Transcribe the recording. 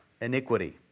iniquity